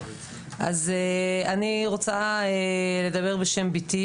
אני רוצה לדבר בשם אביב,